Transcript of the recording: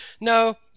no